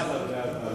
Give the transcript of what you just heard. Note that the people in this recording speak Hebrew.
מעשית, זה לא עזר בעבר.